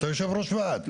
אתה יושב-ראש ועד.